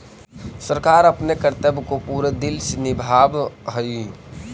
सरकार अपने कर्तव्य को पूरे दिल से निभावअ हई